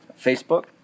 Facebook